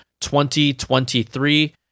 2023